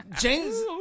James